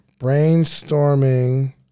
Brainstorming